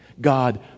God